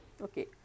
okay